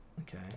Okay